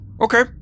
Okay